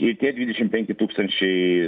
ir tie dvidešimt penki tūkstančiai